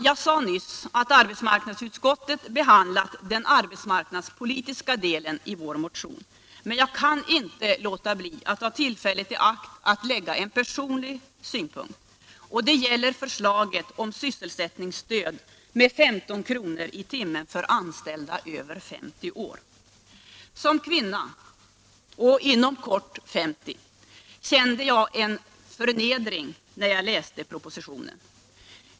Jag kan emellertid, herr talman, inte låta bli att ta tillfället i akt och anlägga en personlig synpunkt. Det gäller förslaget om sysselsättningsstöd med 15 kr. i timmen för anställda över 50 år. Som kvinna och inom kort 50 år kände jag en förnedring när jag läste propositionen.